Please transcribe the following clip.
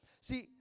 See